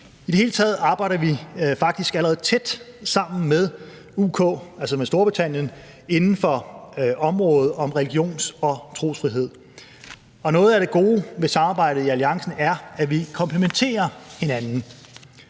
I det hele taget arbejder vi faktisk allerede tæt sammen med UK, altså med Storbritannien, inden for området religions- og trosfrihed. Og noget af det gode ved samarbejdet i alliancen er, at vi komplementerer hinanden.